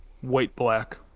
white-black